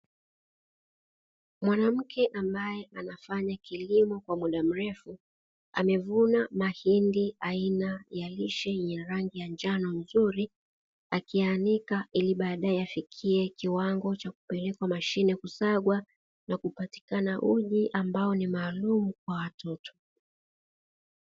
Mwanamka ambaye anafanya kilimo kwa muda mrefu, amevuna mahindi aina ya lishe yenye rangi ya njano nzuri, akiyaanika ili baadaye yafikie kiwango cha kupelekwa mashineni kusagwa na kupatikana uji ambao ni maalumu kwa watoto.